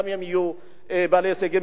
וגם הם יהיו בעלי הישגים,